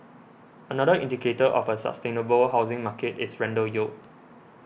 another indicator of a sustainable housing market is rental yield